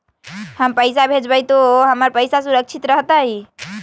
हम पैसा भेजबई तो हमर पैसा सुरक्षित रहतई?